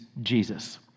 Jesus